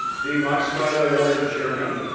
the max kade award in german